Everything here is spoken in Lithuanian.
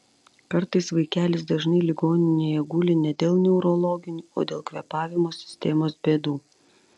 kartais vaikelis dažnai ligoninėje guli ne dėl neurologinių o dėl kvėpavimo sistemos bėdų